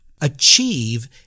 achieve –